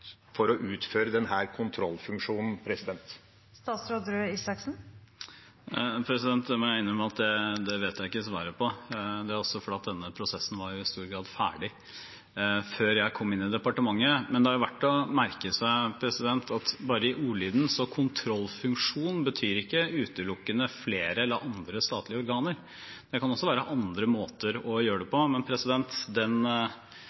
for å utføre denne kontrollfunksjonen? Det må jeg innrømme at jeg ikke vet svaret på. Det er også fordi denne prosessen i stor grad var ferdig før jeg kom inn i departementet. Men det er verdt å merke seg at ordet «kontrollfunksjon» ikke utelukkende betyr flere, eller andre, statlige organer. Det kan også være andre måter å gjøre det